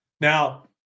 Now